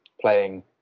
playing